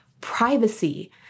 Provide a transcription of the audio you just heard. privacy